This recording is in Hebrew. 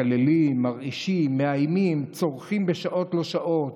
מקללים, מרעישים, מאיימים, צורחים בשעות לא שעות.